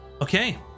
okay